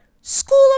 School